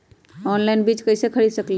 Online बीज कईसे खरीद सकली ह?